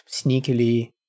sneakily